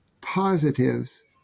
positives